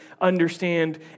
understand